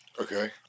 Okay